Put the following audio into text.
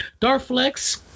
Darflex